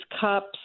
cups